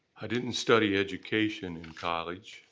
i didn't study education in college,